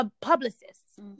Publicists